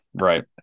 Right